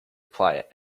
quiet